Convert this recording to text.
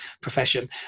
profession